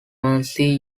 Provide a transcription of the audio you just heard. mersey